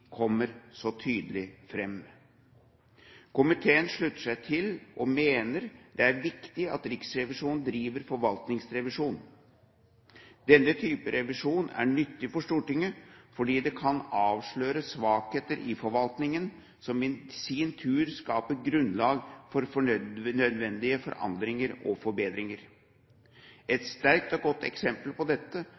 kommer så tydelig fram. Komiteen slutter seg til og mener det er viktig at Riksrevisjonen driver forvaltningsrevisjon. Denne type revisjon er nyttig for Stortinget, fordi det kan avsløre svakheter i forvaltningen, som i sin tur skaper grunnlag for nødvendige forandringer og forbedringer. Et sterkt og godt eksempel på dette